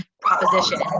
proposition